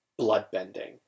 bloodbending